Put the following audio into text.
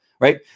Right